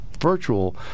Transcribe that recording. virtual